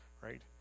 right